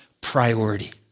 priority